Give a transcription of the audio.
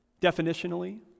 definitionally